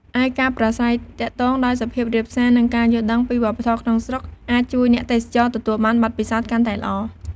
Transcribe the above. ឯការប្រាស្រ័យទាក់ទងដោយសុភាពរាបសារ និងការយល់ដឹងពីវប្បធម៌ក្នុងស្រុក អាចជួយអ្នកទេសចរទទួលបានបទពិសោធន៍កាន់តែល្អ។